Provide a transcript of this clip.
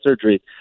surgery